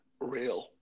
real